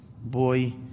boy